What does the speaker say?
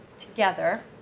together